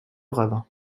ravin